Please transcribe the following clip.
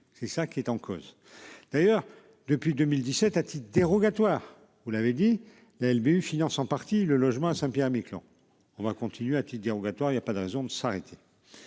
c'est ça qui est en cause d'ailleurs depuis 2017 à titre dérogatoire. Vous l'avez dit-elle bu finance en partie le logement à Saint-Pierre-et-Miquelon. On va continuer à Didier rogatoire il y a pas de raison de s'arrêter.